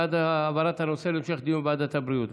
בעד העברת הנושא להמשך דיון בוועדת הבריאות.